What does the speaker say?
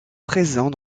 présent